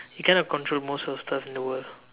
you kind of control most of stuff in the world